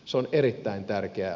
se on erittäin tärkeä